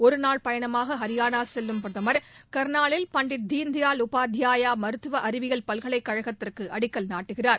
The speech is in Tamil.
ஒருநாள் பயணமாக ஹரியான செல்லும் பிரதமர் கள்னாலில் பண்டிட் தீன்தயாள் உபாத்யாயா மருத்துவ அறிவியல் பல்கலைக் கழகத்திற்கு அடிக்கல் நாட்டுகிறார்